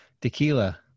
tequila